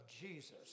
Jesus